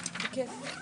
13:05.